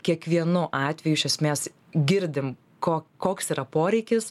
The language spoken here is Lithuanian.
kiekvienu atveju iš esmės girdim ko koks yra poreikis